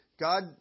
God